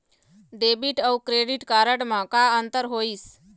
Debit अऊ credit card म का अंतर होइस?